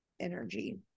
energy